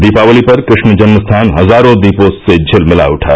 दीपावली पर कृष्ण जन्मस्थान हजारों दीपों से झिलमिला उठा